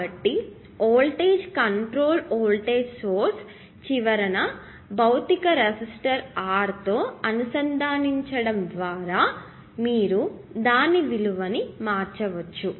కాబట్టి voltage control voltage source చివరన భౌతిక రెసిస్టర్ R తో అనుసంధానించడం ద్వారా మీరుదాని విలువని మార్చవచ్చు